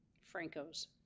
Franco's